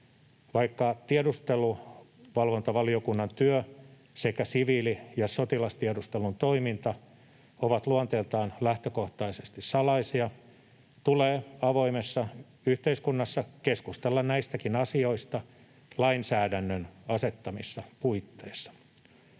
Vaikka tiedusteluvalvontavaliokunnan työ sekä siviili- ja sotilastiedustelun toiminta ovat luonteeltaan lähtökohtaisesti salaisia, tulee avoimessa yhteiskunnassa keskustella näistäkin asioista lainsäädännön asettamissa puitteissa.